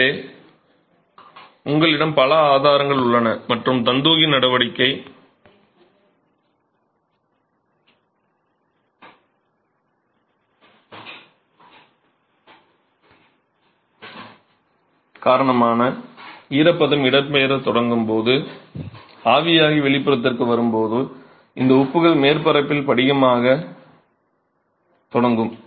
எனவே உங்களிடம் பல ஆதாரங்கள் உள்ளன மற்றும் தந்துகி நடவடிக்கை காரணமாக ஈரப்பதம் இடம்பெயரத் தொடங்கும் போது ஆவியாகி வெளிப்புறத்திற்கு வரும் போது இந்த உப்புகள் மேற்பரப்பில் படிகமாகத் தொடங்கும்